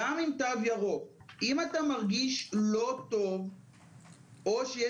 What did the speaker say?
גם עם תו ירוק אם אתה מרגיש לא טוב או שיש